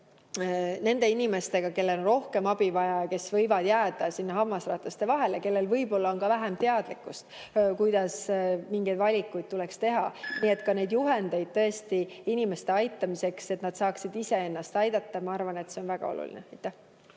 nende inimestega, kellel on rohkem abi vaja ja kes võivad jääda hammasrataste vahele, kellel võib-olla on ka vähem teadlikkust, kuidas mingeid valikuid tuleks teha. Nii et ka need juhendid inimeste aitamiseks, et nad saaksid ise ennast aidata, ma arvan, on väga olulised.